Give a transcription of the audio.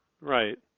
right